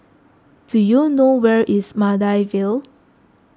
do you know where is Maida Vale